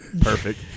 Perfect